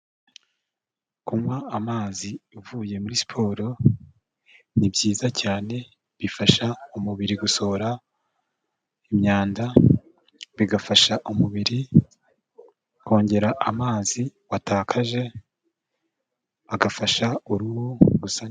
Kunywa amazi uvuye muri siporo ni byiza cyane, bifasha umubiri gusohora imyanda, bigafasha umubiri kongera amazi watakaje, agafasha uruhu gusa neza.